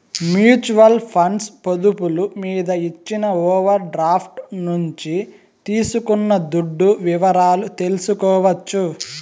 mutual funds పొదుపులు మీద ఇచ్చిన ఓవర్ డ్రాఫ్టు నుంచి తీసుకున్న దుడ్డు వివరాలు తెల్సుకోవచ్చు